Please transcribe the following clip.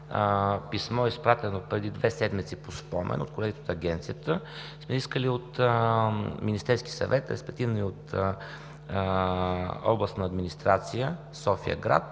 писмо, изпратено преди две седмици – по спомен, от колегите от Агенцията, сме искали от Министерския съвет, респективно и от Областна администрация – София-град,